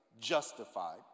justified